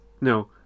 no